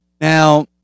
Now